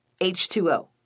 H2O